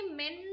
men